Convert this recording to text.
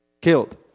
killed